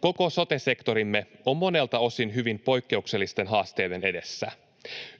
Koko sote-sektorimme on monelta osin hyvin poikkeuksellisten haasteiden edessä.